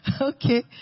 Okay